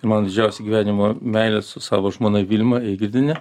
mano didžiausia gyvenimo meile su savo žmona vilma eigirdiene